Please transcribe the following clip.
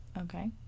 Okay